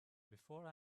before